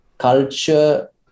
culture